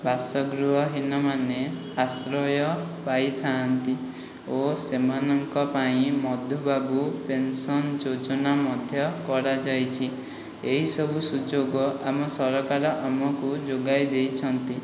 ବାସଗୃହହୀନମାନେ ଆଶ୍ରୟ ପାଇଥାନ୍ତି ଓ ସେମାନଙ୍କ ପାଇଁ ମଧୁବାବୁ ପେନସନ୍ ଯୋଜନା ମଧ୍ୟ କରାଯାଇଛି ଏହିସବୁ ସୁଯୋଗ ଆମ ସରକାର ଆମକୁ ଯୋଗାଇ ଦେଇଛନ୍ତି